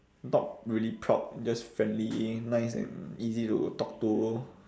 not really proud just friendly nice and easy to talk to